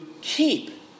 keep